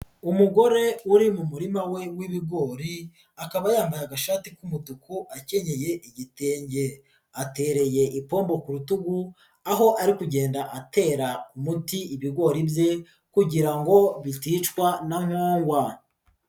Umugore uri mu murima we w'ibigori, akaba yambaye agashati k'umutuku akenyeye igitenge, atereye ipombo ku rutugu, aho ari kugenda atera umuti ibigori bye kugira ngo biticwa na nkongwa.